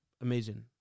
amazing